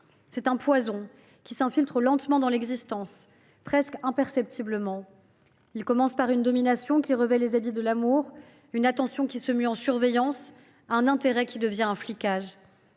C’est un poison qui s’infiltre lentement dans l’existence, presque imperceptiblement. Il commence par une domination qui revêt les habits de l’amour, une attention qui se mue en surveillance, un intérêt qui devient flicage.